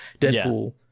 Deadpool